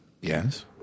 yes